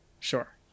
sure